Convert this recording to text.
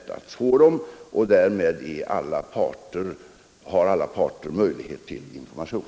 Därmed har alla parter möjlighet till information.